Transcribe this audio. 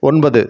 ஒன்பது